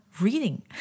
reading